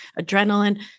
adrenaline